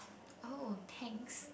oh thanks